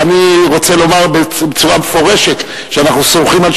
ואני רוצה לומר בצורה מפורשת שאנחנו סומכים על